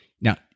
Now